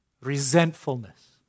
resentfulness